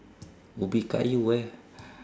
ubi kayu eh